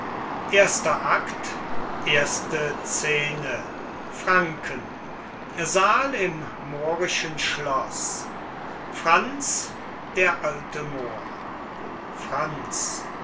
erster akt erste scene franken saal im moorischen schloß franz der alte moor franz